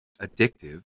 addictive